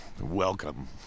Welcome